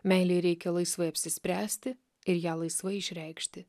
meilei reikia laisvai apsispręsti ir ją laisvai išreikšti